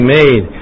made